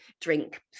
drink